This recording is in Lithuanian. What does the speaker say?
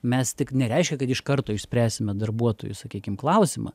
mes tik nereiškia kad iš karto išspręsime darbuotojų sakykim klausimą